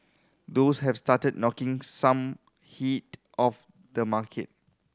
those have started knocking some heat off the market